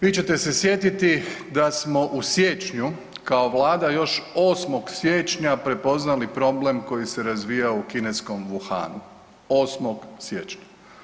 Vi ćete se sjetiti da smo u siječnju kao vlada još 8. siječnja prepoznali problem koji se razvijao u kineskom Wuhanu, 8. siječnja.